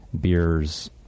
beers